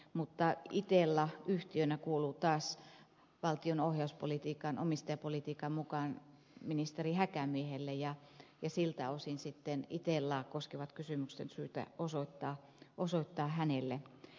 mutta itella yhtiönä kuuluu taas valtion ohjauspolitiikan omistajapolitiikan mukaan ministeri häkämiehelle ja siltä osin sitten itellaa koskevat kysymykset on syytä osoittaa hänelle